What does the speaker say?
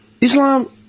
Islam